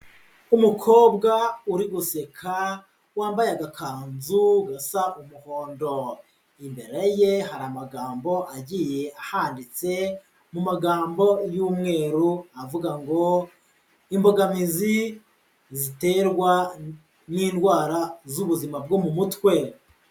Umukobwa uri guseka, wambaye agakanzu gasa umuhondo, imbere ye hari amagambo agiye ahanditse mu magambo y'umweru avuga ngo imbogamizi ziterwa n'indwara z'ubuzima bwo mu mutwe.